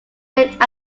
named